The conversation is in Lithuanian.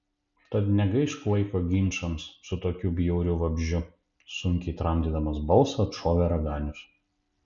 tad negaišk laiko ginčams su tokiu bjauriu vabzdžiu sunkiai tramdydamas balsą atšovė raganius